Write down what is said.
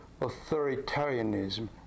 authoritarianism